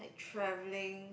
travelling